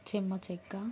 చెమ్మ చెక్క